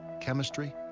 chemistry